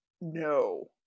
no